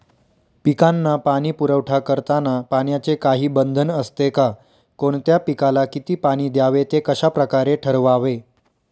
पिकांना पाणी पुरवठा करताना पाण्याचे काही बंधन असते का? कोणत्या पिकाला किती पाणी द्यावे ते कशाप्रकारे ठरवावे?